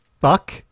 fuck